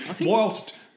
whilst